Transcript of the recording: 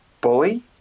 bully